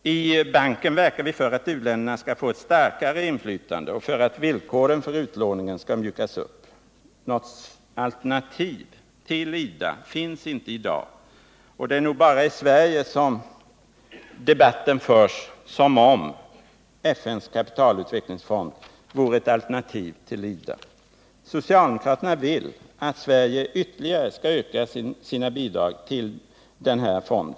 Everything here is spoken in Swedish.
I banken verkar vi för att u-länderna skall få ett starkare inflytande och för att villkoren för utlåningen skall mjukas upp. Något alternativ till IDA finns inte i dag, och det är nog bara i Sverige som debatten förs som om FN:s kapitalutvecklingsfond vore ett alternativ till IDA. Socialdemokraterna vill att Sverige ytterligare skall öka sina bidrag till denna fond.